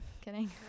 kidding